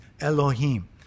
Elohim